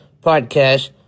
Podcast